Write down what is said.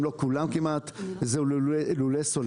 אם לא כמעט כולם, הם לולי סוללה.